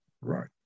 Right